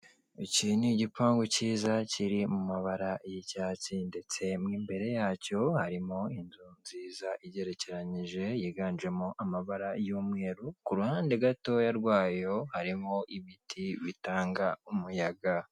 Iki ni igipangu cyiza kiri mu mabara y'icyatsi, ndetse mo imbere yacyo, harimo inzu nziza igerekeranyije, yiganjemo amabara y'umweru. Ku ruhande gatoya rwayo, harimo ibiti bitanga umuyaga.